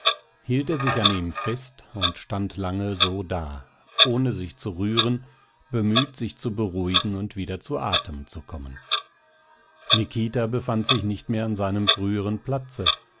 hielt er sich an ihm fest und stand lange so da ohne sich zu rühren bemüht sich zu beruhigen und wieder zu atem zu kommen nikita befand sich nicht mehr an seinem früheren platze